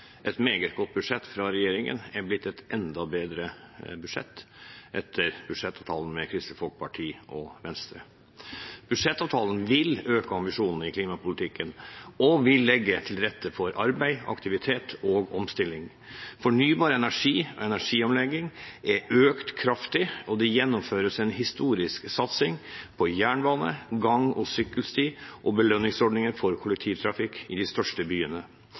et meget godt budsjett fra regjeringen er blitt et enda bedre budsjett etter budsjettavtalen med Kristelig Folkeparti og Venstre. Budsjettavtalen vil øke ambisjonene i klimapolitikken og vil legge til rette for arbeid, aktivitet og omstilling. Fornybar energi og energiomlegging er økt kraftig, og det gjennomføres en historisk satsing på jernbane, gang- og sykkelsti og belønningsordninger for kollektivtrafikk i de største byene.